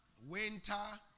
winter